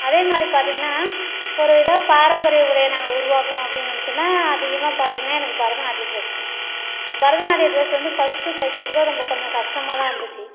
அதே மாதிரி பார்த்திங்கன்னா ஒரு எதாவது பாரம்பரிய உடையை நாங்கள் உருவாக்கணும் அப்படின்னு நினச்சேனா அதிகமாக பார்த்திங்கன்னா எனக்கு பரதநாட்டிய ட்ரெஸ் அந்த பரத நாட்டிய ட்ரெஸ் வந்து ஃபர்ஸ்ட்டு தைக்கக்குள்ளே ரொம்ப கொஞ்சம் கஷ்டமாக தான் இருந்துச்சு